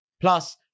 Plus